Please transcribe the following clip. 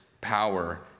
power